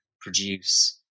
produce